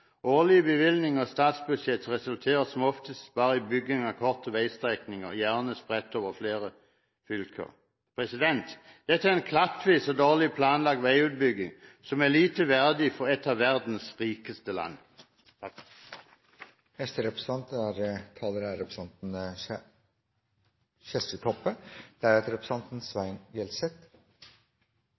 Årlige bevilgninger i statsbudsjettet resulterer som oftest bare i bygging av korte veistrekninger, gjerne spredt over flere fylker. Dette er en klattvis og dårlig planlagt veiutbygging som er lite verdig for et av verdens rikeste land.